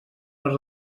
les